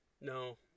No